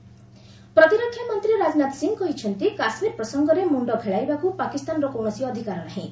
Rajnath J and K ପ୍ରତିରକ୍ଷାମନ୍ତ୍ରୀ ରାଜନାଥ ସିଂହ କହିଛନ୍ତି କାଶ୍ମୀର ପ୍ରସଙ୍ଗରେ ମୁଣ୍ଡ ଖେଳେଇବାକୁ ପାକିସ୍ତାନର କୌଣସି ଅଧିକାର ନାହିଁ